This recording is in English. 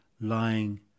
lying